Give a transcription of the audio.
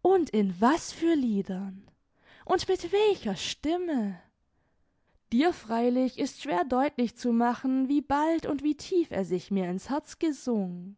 und in was für liedern und mit welcher stimme dir freilich ist schwer deutlich zu machen wie bald und wie tief er sich mir in's herz gesungen